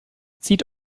zieht